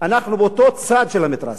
אנחנו באותו צד של המתרס.